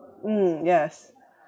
mm yes